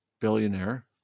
billionaire